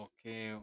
Okay